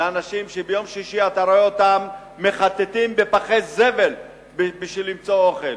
לאנשים שביום שישי אתה רואה אותם מחטטים בפחי זבל בשביל למצוא אוכל.